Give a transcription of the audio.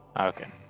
Okay